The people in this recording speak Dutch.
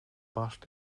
barst